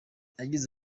yagize